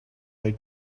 they